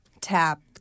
Tap